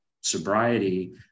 sobriety